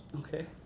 Okay